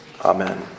Amen